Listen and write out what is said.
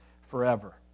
forever